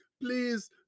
please